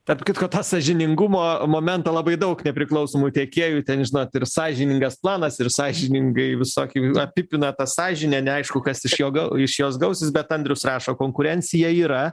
tarp kitko tą sąžiningumo momentą labai daug nepriklausomų tiekėjų ten žinot ir sąžiningas planas ir sąžiningai visokių apipina tą sąžinę neaišku kas iš jo gau iš jos gausis bet andrius rašo konkurencija yra